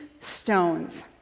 stones